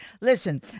listen